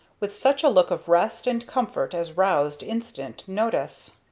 with such a look of rest and comfort as roused instant notice.